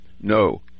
No